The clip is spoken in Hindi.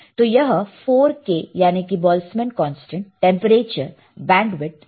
तो यह 4 k यानी कि Boltzmann constant temperature bandwidth resistance है